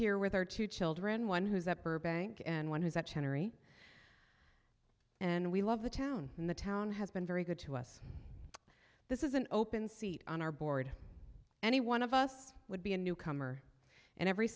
here with our two children one who's at burbank and one who's at and we love the town and the town has been very good to us this is an open seat on our board any one of us would be a newcomer and every